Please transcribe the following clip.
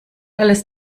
alles